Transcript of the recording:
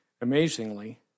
Amazingly